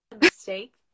mistake